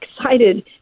excited